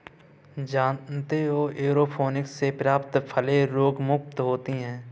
जानते हो एयरोपोनिक्स से प्राप्त फलें रोगमुक्त होती हैं